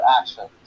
actions